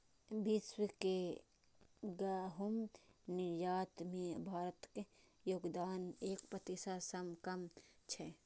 विश्व के गहूम निर्यात मे भारतक योगदान एक प्रतिशत सं कम छै